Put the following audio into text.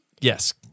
Yes